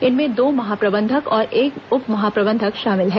इनमें दो महाप्रबंधक और एक उप महाप्रबंधक शामिल हैं